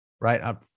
right